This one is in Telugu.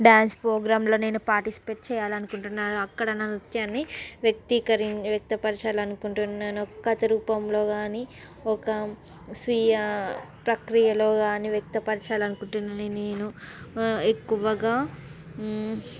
డాన్స్ ప్రోగ్రాంలో నేను పార్టిసిపేట్ చేయాలనుకుంటున్నాను అక్కడ నా నృత్యాన్ని వ్యక్తీకరిన్ వ్యక్తపరచాలి అనుకుంటున్నాను ఒక కథ రూపంలో కానీ ఒక స్వీయ ప్రక్రియలో గాని వ్యక్తపరచాలి అనుకుంటున్నాను నేను ఎక్కువగా